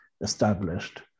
established